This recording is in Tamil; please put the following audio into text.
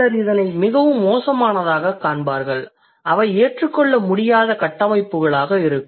சிலர் இதனை மிகவும் மோசமானதாகக் காண்பார்கள் அவை ஏற்றுக்கொள்ள முடியாத கட்டமைப்புகளாக இருக்கும்